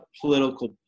political